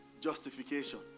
justification